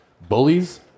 Bullies